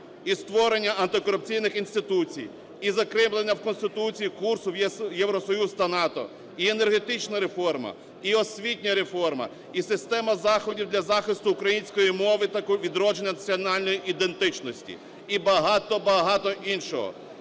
і створення антикорупційних інституцій, і закріплення в Конституції курсу в Євросоюз та НАТО, і енергетична реформа, і освітня реформа, і система заходів для захисту української мови та відродження національної ідентичності, і багато-багато іншого.